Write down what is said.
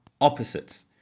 opposites